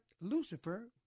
Lucifer